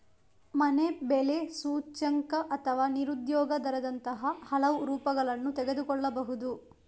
ಮನೆ ಬೆಲೆ ಸೂಚ್ಯಂಕ ಅಥವಾ ನಿರುದ್ಯೋಗ ದರದಂತಹ ಹಲವು ರೂಪಗಳನ್ನು ತೆಗೆದುಕೊಳ್ಳಬಹುದು